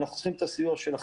אנחנו צריכים את הסיוע שלכם,